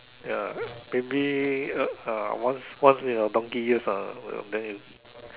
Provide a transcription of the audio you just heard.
ya maybe a once uh uh once in a donkey years ah then you